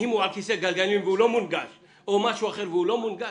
אם הוא על כיסא גלגלים והמקום לא מונגש או משהו אחר והוא לא מונגש,